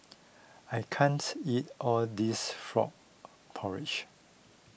I can't eat all this Frog Porridge